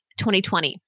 2020